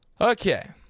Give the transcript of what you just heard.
okay